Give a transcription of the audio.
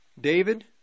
David